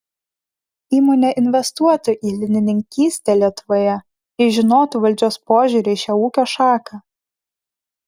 įmonė investuotų į linininkystę lietuvoje jei žinotų valdžios požiūrį į šią ūkio šaką